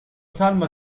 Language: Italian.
salma